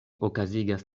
okazigas